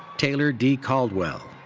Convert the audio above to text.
taylor d. caldwell.